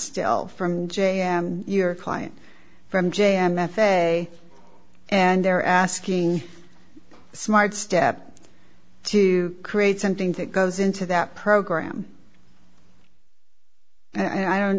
still from j m your client from j m f a and they're asking smart step to create something that goes into that program and i don't